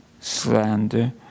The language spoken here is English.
slander